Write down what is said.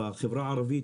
בחברה הערבית,